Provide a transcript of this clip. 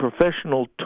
professional